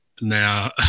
now